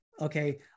Okay